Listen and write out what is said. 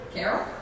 Carol